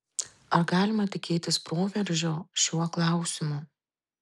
ar galima tikėtis proveržio šiuo klausimu